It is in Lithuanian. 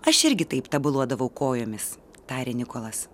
aš irgi taip tabaluodavau kojomis tarė nikolas